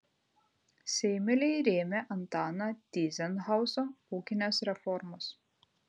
seimeliai rėmė antano tyzenhauzo ūkines reformas